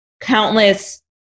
countless